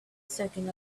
soaking